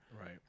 right